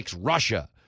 Russia